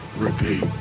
repeat